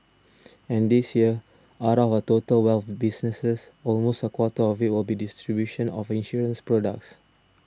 and this year out of our total wealth businesses almost a quarter of it will be distribution of insurance products